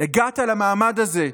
הגעת למעמד הזה,